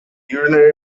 urinary